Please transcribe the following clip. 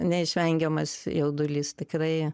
neišvengiamas jaudulys tikrai